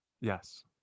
Yes